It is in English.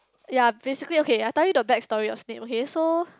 ya basically okay I tell you the back story of Snape okay so